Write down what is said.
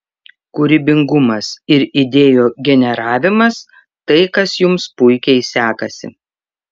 kūrybingumas ir idėjų generavimas tai kas jums puikiai sekasi